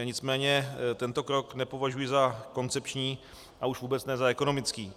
Nicméně tento krok nepovažuji za koncepční a už vůbec ne za ekonomický.